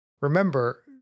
Remember